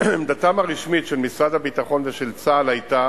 עמדתם הרשמית של משרד הביטחון ושל צה"ל היתה